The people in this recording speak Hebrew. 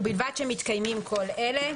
ובלבד שמתקיימים כל אלה: